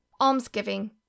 Almsgiving